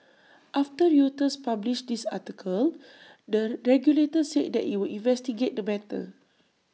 after Reuters published this article the regulator said that IT would investigate the matter